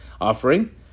offering